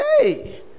hey